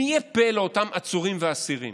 מי יהיה פה לאותם עצורים ואסירים?